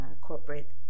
corporate